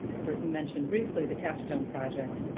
think i but mentioned briefly the capstone project,